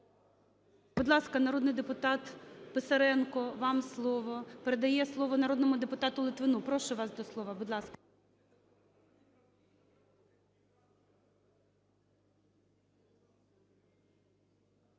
Будь ласка, народний депутат Писаренко, вам слово. Передає слово народному депутату Литвину. Прошу вас до слова, будь ласка.